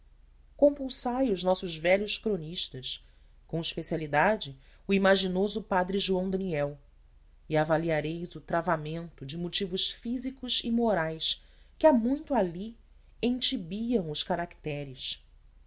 seringueiros compulsai os nossos velhos cronistas com especialidade o imaginoso padre joão daniel e avaliareis o travamento de motivos físicos e morais que há muito ali entibiam os caracteres